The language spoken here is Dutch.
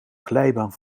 glijbaan